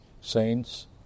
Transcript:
Saints